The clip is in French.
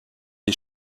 des